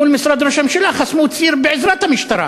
מול משרד ראש הממשלה חסמו ציר בעזרת המשטרה.